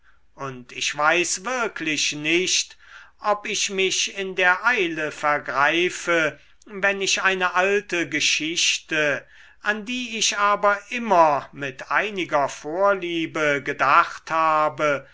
und ich weiß wirklich nicht ob ich mich in der eile vergreife wenn ich eine alte geschichte an die ich aber immer mit einiger vorliebe gedacht habe